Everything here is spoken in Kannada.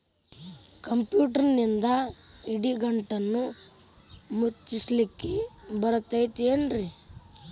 ಕಂಪ್ಯೂಟರ್ನಿಂದ್ ಇಡಿಗಂಟನ್ನ ಮುಚ್ಚಸ್ಲಿಕ್ಕೆ ಬರತೈತೇನ್ರೇ?